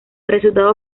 resultado